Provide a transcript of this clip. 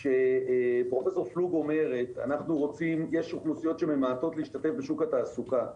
כשפרופ' פלוג אומרת: יש אוכלוסיות שממעטות להשתתף בשוק התעסוקה,